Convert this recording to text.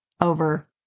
over